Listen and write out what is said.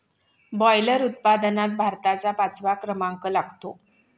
boiler उत्पादनात भारताचा पाचवा क्रमांक लागतो